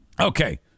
Okay